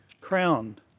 crowned